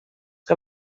que